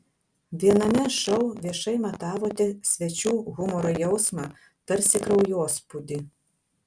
viename šou viešai matavote svečių humoro jausmą tarsi kraujospūdį